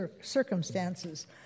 circumstances